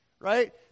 right